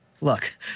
Look